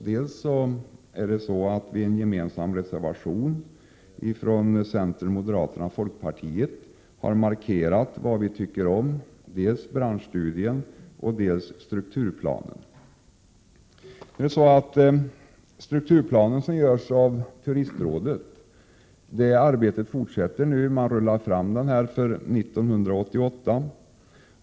Centern, moderaterna och folkpartiet har i en gemensam reservation markerat sin mening om dels branschstudien, dels strukturplanen. Arbetet med strukturplanen, som utförs av Turistrådet, fortsätter nu. Man rullar fram planen för 1988.